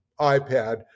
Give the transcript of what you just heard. iPad